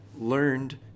learned